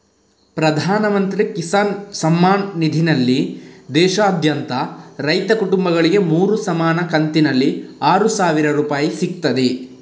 ಪ್ರಧಾನ ಮಂತ್ರಿ ಕಿಸಾನ್ ಸಮ್ಮಾನ್ ನಿಧಿನಲ್ಲಿ ದೇಶಾದ್ಯಂತ ರೈತ ಕುಟುಂಬಗಳಿಗೆ ಮೂರು ಸಮಾನ ಕಂತಿನಲ್ಲಿ ಆರು ಸಾವಿರ ರೂಪಾಯಿ ಸಿಗ್ತದೆ